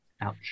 Ouch